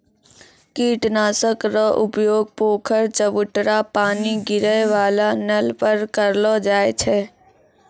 कीट नाशक रो उपयोग पोखर, चवुटरा पानी गिरै वाला नल पर करलो जाय छै